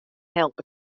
helpe